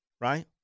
right